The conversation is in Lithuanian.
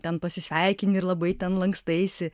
ten pasisveikini ir labai ten lankstaisi